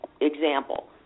example